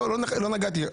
לא נגעתי.